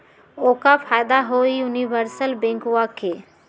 क्का फायदा हई यूनिवर्सल बैंकवा के?